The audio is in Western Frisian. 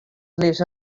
lizze